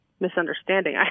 misunderstanding